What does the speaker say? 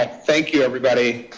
ah thank you everybody.